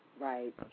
Right